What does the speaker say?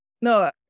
No